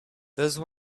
those